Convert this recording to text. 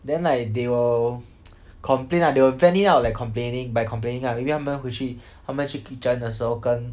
then like they will complain lah they will vent it out like complaining by complaining lah maybe 他们回去他们去 kitchen 的时候跟